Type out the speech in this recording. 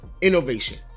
innovation